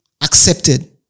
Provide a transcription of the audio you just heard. accepted